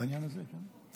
בעניין הזה, כן?